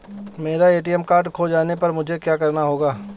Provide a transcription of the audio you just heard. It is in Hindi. मेरा ए.टी.एम कार्ड खो जाने पर मुझे क्या करना होगा?